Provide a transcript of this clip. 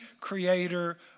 creator